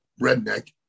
redneck